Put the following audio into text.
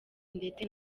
ndetse